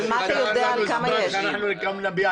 בוא